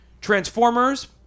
Transformers